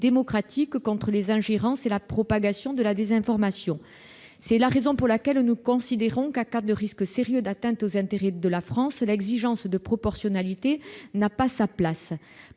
contre les ingérences et la propagation de la désinformation. C'est la raison pour laquelle nous considérons que, en cas de risque sérieux d'atteinte aux intérêts de la France, l'exigence de proportionnalité n'a pas lieu